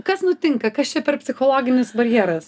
kas nutinka kas čia per psichologinis barjeras